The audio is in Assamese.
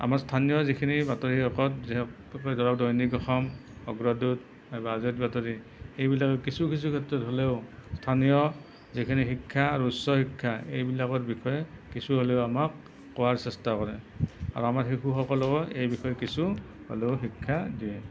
আমাৰ স্থানীয় যিখিনি বাতৰি কাকত ধৰক দৈনিক অসম অগ্ৰদূত বা আজিৰ বাতৰি এইবিলাকে কিছু কিছু ক্ষেত্ৰত হ'লেও স্থানীয় যিখিনি শিক্ষা আৰু উচ্চ শিক্ষা এই বিলাকৰ বিষয়ে কিছু হ'লেও আমাক কোৱাৰ চেষ্টা কৰে আৰু আমাৰ শিশুসকলকো এই বিষয়ে কিছু হ'লেও শিক্ষা দিয়ে